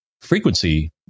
frequency